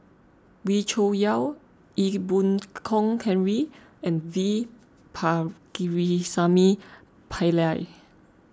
Wee Cho Yaw Ee Boon Kong Henry and V Pakirisamy Pillai